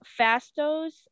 Fastos